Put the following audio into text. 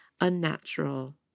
unnatural